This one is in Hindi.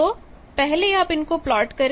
तो पहले आप इनको प्लॉट करें